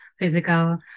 physical